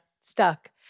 Stuck